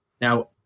Now